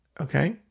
okay